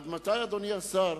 עד מתי, אדוני השר,